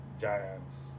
giants